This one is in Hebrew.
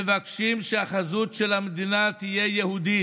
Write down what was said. מבקשים שהחזות של המדינה תהיה יהודית.